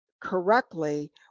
correctly